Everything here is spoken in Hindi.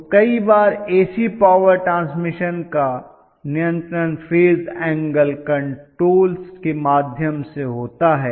तो कई बार AC पॉवर ट्रांसमिशन का नियंत्रण फेज एंगल कंट्रोल के माध्यम से होता है